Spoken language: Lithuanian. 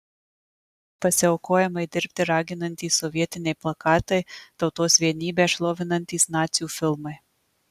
pasiaukojamai dirbti raginantys sovietiniai plakatai tautos vienybę šlovinantys nacių filmai